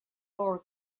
four